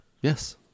Yes